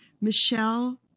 Michelle